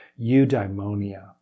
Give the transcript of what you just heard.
eudaimonia